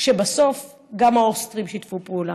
שבסוף גם האוסטרים שיתפו פעולה,